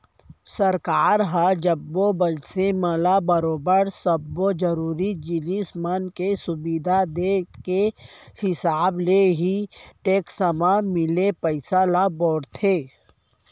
सरकार ह जम्मो मनसे मन ल बरोबर सब्बो जरुरी जिनिस मन के सुबिधा देय के हिसाब ले ही टेक्स म मिले पइसा ल बउरथे